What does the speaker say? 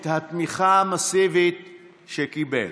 את התמיכה המסיבית שקיבל.